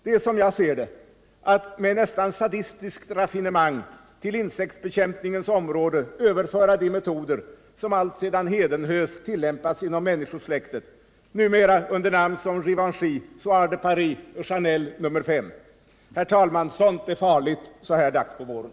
Det är som jag ser det att med nästan sadistiskt raffinemang till insektsbekämpningens område överföra de metoder som alltsedan hedenhös tillämpats inom människosläktet, numera under namn som Givenchy, Soir de Paris eller Chanel nr 5. Herr talman! Sådant är farligt vid den här tiden på våren.